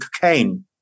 cocaine